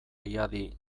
riadi